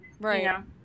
right